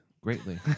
greatly